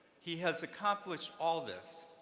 he has accomplished all this